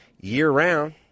Year-round